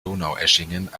donaueschingen